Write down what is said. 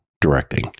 directing